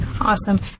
Awesome